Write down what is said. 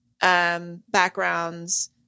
backgrounds